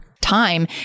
time